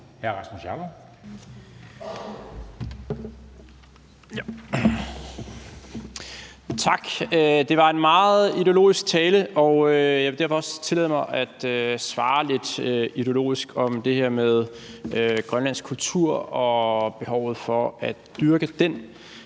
20:34 Rasmus Jarlov (KF) : Tak. Det var en meget ideologisk tale, og jeg vil derfor også tillade mig at være lidt ideologisk i forhold til det her med grønlandsk kultur og behovet for at dyrke den.